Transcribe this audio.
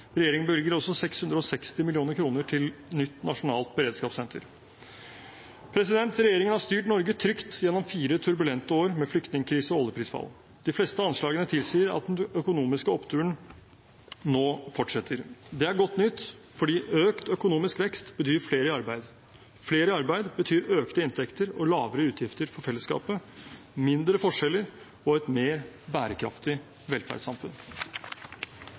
Regjeringen bevilger også 660 mill. kr til nytt nasjonalt beredskapssenter. Regjeringen har styrt Norge trygt gjennom fire turbulente år med flyktningkrise og oljeprisfall. De fleste anslagene tilsier at den økonomiske oppturen nå fortsetter. Det er godt nytt, fordi økt økonomisk vekst betyr flere i arbeid. Flere i arbeid betyr økte inntekter og lavere utgifter for fellesskapet, mindre forskjeller og et mer bærekraftig velferdssamfunn.